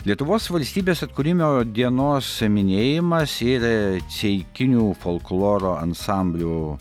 lietuvos valstybės atkūrimo dienos minėjimas ir ceikinių folkloro ansamblio